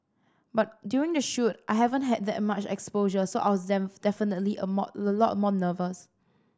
but during the shoot I haven't had that much exposure so I was definitely a more a lot more nervous